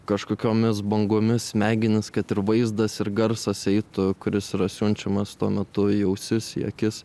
kažkokiomis bangomis smegenis kad ir vaizdas ir garsas eitų kuris yra siunčiamas tuo metu į ausis į akis